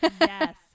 Yes